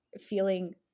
feeling